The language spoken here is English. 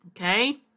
Okay